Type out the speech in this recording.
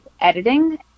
editing